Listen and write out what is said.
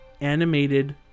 animated